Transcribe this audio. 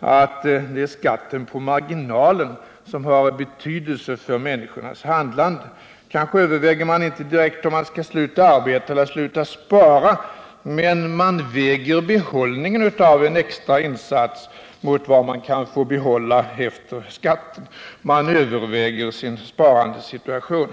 att det är skatten på marginalen som har betydelse för människornas handlande. Kanske överväger man inte direkt om man skall sluta arbeta eller sluta spara, men man väger behållningen av en extra insats mot vad man kan få behålla efter skatten. Man överväger sin sparandesituation.